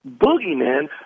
boogeyman